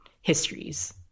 histories